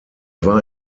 war